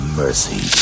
mercy